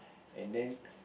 and then